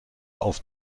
auf